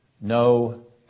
No